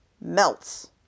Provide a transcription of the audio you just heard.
melts